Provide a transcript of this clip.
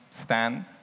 stand